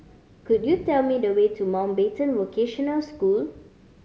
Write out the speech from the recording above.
could you tell me the way to Mountbatten Vocational School